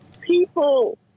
people